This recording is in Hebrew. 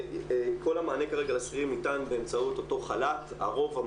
כל המענה כרגע לשכירים ניתן באמצעות אותו חל"ת ארוך,